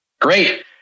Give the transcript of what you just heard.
Great